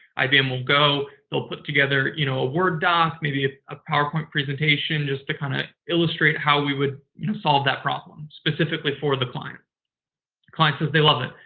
ibm will go, it will put together you know a word doc, maybe ah a powerpoint presentation just to kind of illustrate how we would you know solve that problem specifically for the client. the client says they love it.